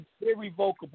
Irrevocable